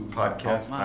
podcast